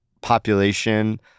population